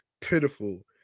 Pitiful